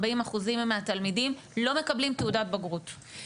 40% מהתלמידים לא מקבלים תעודת בגרות,